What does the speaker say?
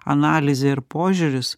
analizė ir požiūris